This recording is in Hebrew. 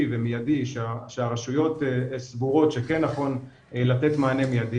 ומיידי שהרשויות סבורות שכן נכון לתת מענה מיידי,